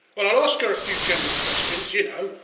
but i'll ask her a few general questions you know,